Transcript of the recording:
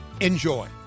Enjoy